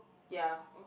ya